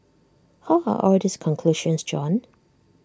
how are all these conclusions drawn